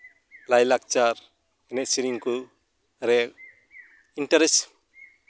ᱞᱟᱭᱼᱞᱟᱠᱪᱟᱨ ᱮᱱᱮᱡ ᱥᱮᱨᱮᱧ ᱠᱚᱨᱮ ᱤᱱᱴᱟᱨᱮᱥᱴ